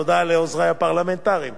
תודה לעוזרי הפרלמנטריים,